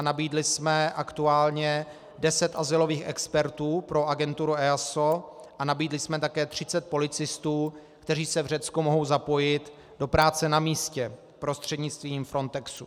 Nabídli jsme aktuálně 10 azylových expertů pro agenturu EASO a nabídli jsem také 30 policistů, kteří se v Řecku mohou zapojit do práce na místě prostřednictvím Frontexu.